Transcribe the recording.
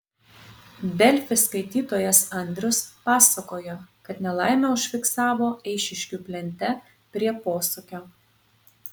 delfi skaitytojas andrius pasakojo kad nelaimę užfiksavo eišiškių plente prie posūkio